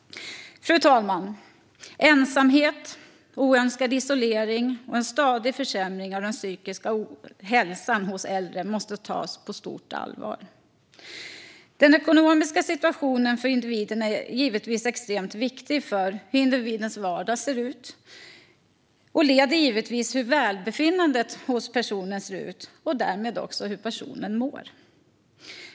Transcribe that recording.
Fru talman! Ensamhet, oönskad isolering och en stadig försämring av den psykiska hälsan hos äldre måste tas på stort allvar. Den ekonomiska situationen för individen är givetvis extremt viktig för hur individens vardag ser ut. Den påverkar hur välbefinnandet hos personen ser ut och därmed hur personen mår.